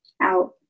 out